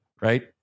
Right